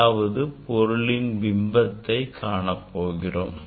அதாவது பொருளின் பிம்பத்தை காணப்போகிறோம்